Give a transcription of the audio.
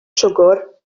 siwgr